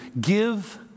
Give